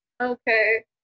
Okay